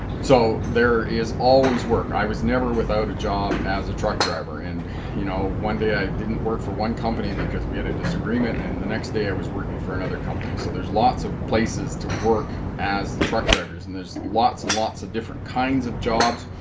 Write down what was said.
so there is always work i was never without a job as a truck driver and you know one day i didn't work for one company because we had a disagreement and the next day i was working for another company so there's lots of places to work as truck drivers and there's lots and lots of different kinds of jobs